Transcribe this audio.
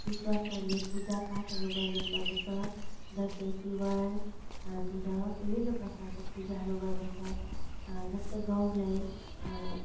विश्वासहरूले पूजा पाठहरू गर्ने गर्दछ दसैँ तिहार तिर विभिन्न प्रकारको पूजाहरू गर्दछ जस्तै गाउँलाई